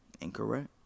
Incorrect